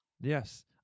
Yes